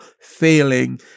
failing